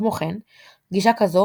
כמו כן גישה כזו